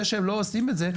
זה שהם לא עושים את זה,